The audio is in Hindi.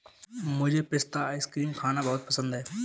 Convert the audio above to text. मुझे पिस्ता आइसक्रीम खाना बहुत पसंद है